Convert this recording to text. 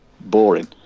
boring